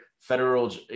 federal